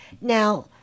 Now